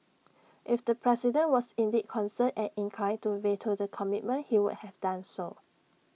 if the president was indeed concerned and inclined to veto the commitment he would have done so